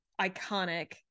iconic